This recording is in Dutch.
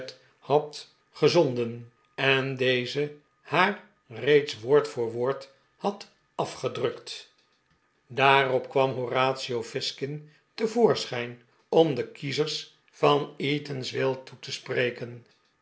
club den en dezfe haar reeds woord voor woord had afgedrukt daarop kwam horatio fizkin te voorschijn om de kiezers van eatanswill toe te spreken